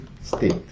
state